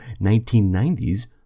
1990s